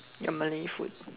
your Malay food